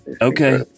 Okay